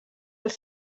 els